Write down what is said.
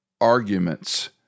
arguments